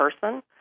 person